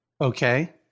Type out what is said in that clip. Okay